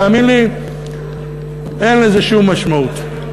תאמין לי, אין לזה שום משמעות.